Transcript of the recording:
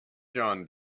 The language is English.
jon